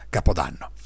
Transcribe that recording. Capodanno